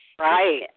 Right